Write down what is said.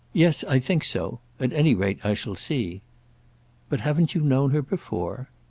yes i think so. at any rate i shall see but haven't you known her before?